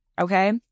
okay